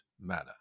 manner